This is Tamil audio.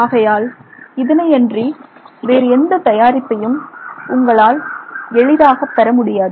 ஆகையால் இதனையன்றி வேறெந்த தயாரிப்பையும் உங்களால் எளிதாகப் பெற முடியாது